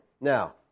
Now